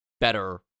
better